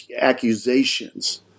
accusations